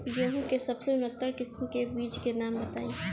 गेहूं के सबसे उन्नत किस्म के बिज के नाम बताई?